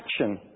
action